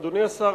אדוני השר,